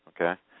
Okay